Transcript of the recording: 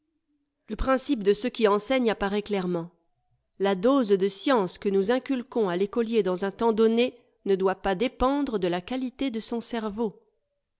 le principe de ceux qui enseignent apparaît clairement la dose de science que nous inculquons à fécolier dans un temps donné ne doit pas dépendre de la qualité de son cerveau